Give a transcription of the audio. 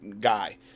guy